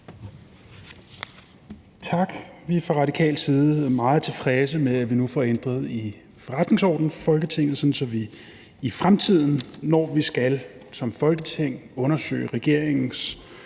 Tak. Vi er fra radikal side meget tilfredse med, at vi nu får ændret i forretningsordenen for Folketinget, sådan at vi i fremtiden, når vi som Folketing skal undersøge regeringens